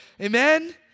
Amen